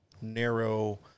narrow